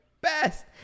best